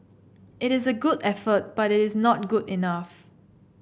it is a good effort but it is not good enough